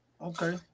Okay